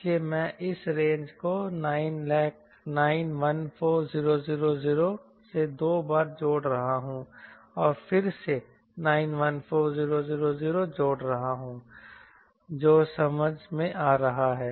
इसलिए मैं इस रेंज को 914000 से दो बार जोड़ रहा हूं और मैं फिर से 914000 जोड़ रहा हूं जो समझ में आ रहा है